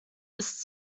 ist